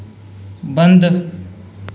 बंद